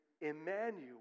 Emmanuel